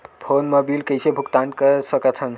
Phone मा bill कइसे भुक्तान साकत हन?